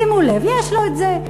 שימו לב, יש לו את זה.